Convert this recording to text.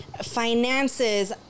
finances